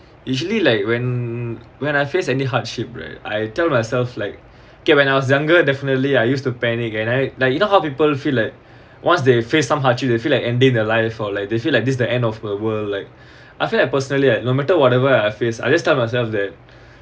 usually like when when I face any hardship right I tell myself like okay when I was younger definitely I used to panic and I like you know how people feel like once they face some hardship they feel like ending their life or like they feel like this the end of the world like I feel l personally I no matter whatever I face I'll just tell myself that